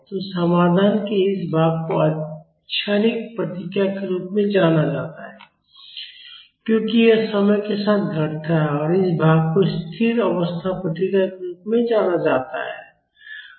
तो समाधान के इस भाग को क्षणिक प्रतिक्रिया के रूप में जाना जाता है क्योंकि यह समय के साथ घटता है और इस भाग को स्थिर अवस्था प्रतिक्रिया के रूप में जाना जाता है